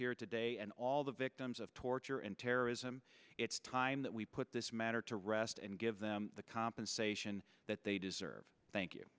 here today and all the victims of torture and terrorism it's time that we put this matter to rest and give the compensation that they deserve thank you